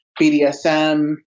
BDSM